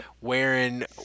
wearing